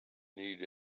need